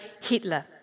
Hitler